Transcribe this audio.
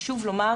חשוב לומר